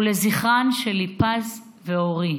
ולזכרן של ליפז ואורי.